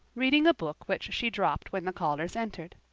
reading a book which she dropped when the callers entered.